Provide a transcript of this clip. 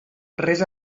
res